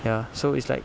ya so it's like